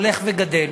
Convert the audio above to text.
הולך וגדל.